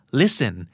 listen